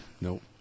Nope